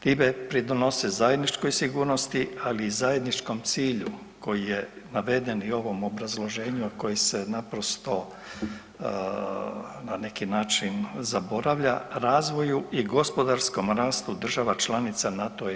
Time pridonose zajedničkoj sigurnosti, ali i zajedničkom cilju koji je naveden i u ovom obrazloženju a koji se naprosto na neki način zaboravlja, razvoju i gospodarskom rastu država članica NATO-a i EU.